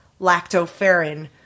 lactoferrin